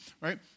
right